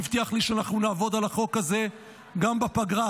שהבטיח לי שאנחנו נעבוד על החוק הזה גם בפגרה,